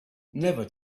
never